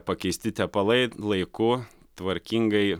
pakeisti tepalai laiku tvarkingai